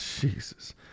Jesus